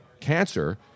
cancer